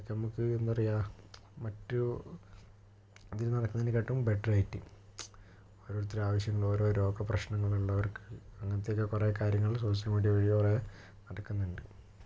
അതൊക്കെ നമുക്ക് എന്താ പറയുക മറ്റു ഇതിൽ നടക്കുന്നതിനേക്കാളും ബെറ്റർ ആയിട്ട് ഓരോരുത്തരുടെ ആവശ്യങ്ങള് ഓരോ രോഗ പ്രശ്നങ്ങളുള്ളവർക്ക് അങ്ങനത്തെയൊക്കെ കുറേ കാര്യങ്ങൾ സോഷ്യൽ മീഡിയ വഴി കുറേ നടക്കുന്നുണ്ട്